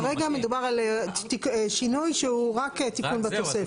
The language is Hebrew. כרגע מדובר על שינוי שהוא רק תיקון בתוספת.